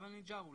תגיד שם.